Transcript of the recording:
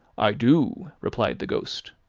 i do, replied the ghost.